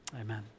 amen